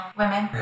women